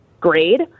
grade